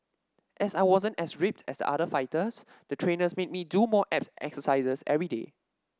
as I wasn't as ripped as the other fighters the trainers made me do more abs exercises everyday